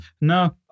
No